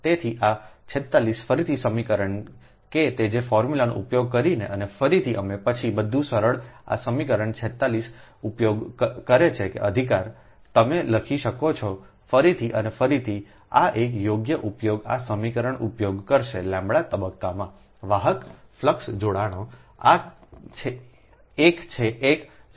તેથી આ 46 ફરીથી સમીકરણ કે તે જ ફોર્મ્યુલાને ઉપયોગ કરીને અને ફરીથી અમે પછી બધું સરળ આ સમીકરણ 46 ઉપયોગ કરે છે અધિકાર તમે લખી શકો છો ફરીથી અને ફરીથી આ એક યોગ્ય ઉપયોગ આ સમીકરણ ઉપયોગ કરશેʎતબક્કામાં વાહક ફ્લક્સ જોડાણો એક છે એક 0